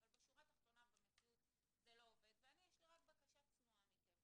אבל בשורה התחתונה במציאות זה לא עובד ויש לי רק בקשה צנועה מכם